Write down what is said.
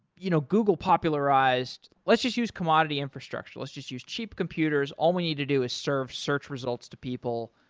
you know google popularized let's just use commodity infrastructure. let's just use cheap computers. all we need to do is serve search results to people.